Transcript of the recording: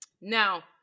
Now